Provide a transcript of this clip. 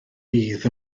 bydd